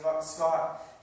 Scott